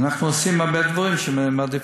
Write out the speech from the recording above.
אנחנו עושים הרבה דברים שמתעדפים.